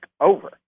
over